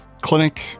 clinic